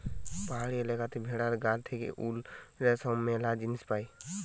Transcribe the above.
পাহাড়ি এলাকাতে ভেড়ার গা থেকে উল, রেশম ম্যালা জিনিস পায়